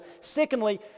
Secondly